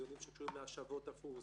דיונים שקשורים להשבות תפוס,